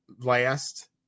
last –